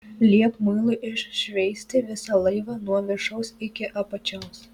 liepk muilu iššveisti visą laivą nuo viršaus iki apačios